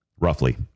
Roughly